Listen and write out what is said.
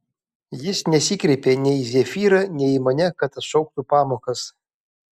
jis nesikreipė nei į zefyrą nei į mane kad atšauktų pamokas